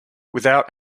without